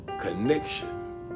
connection